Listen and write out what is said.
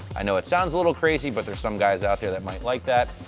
i know it sounds a little crazy, but there's some guys out there that might like that.